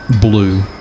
blue